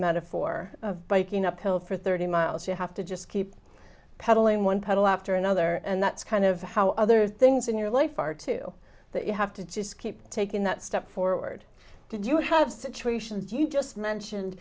metaphor of biking uphill for thirty miles you have to just keep pedaling one pedal after another and that's kind of how other things in your life are too that you have to just keep taking that step forward did you have situations do you just mentioned